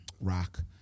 rock